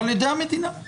על ידי המדינה.